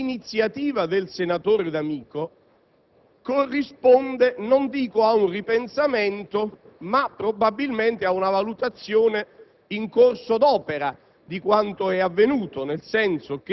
decennio. L'iniziativa del senatore D'Amico corrisponde non dico ad un ripensamento, ma probabilmente a una valutazione in corso d'opera